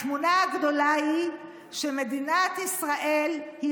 התמונה הגדולה היא שמדינת ישראל היא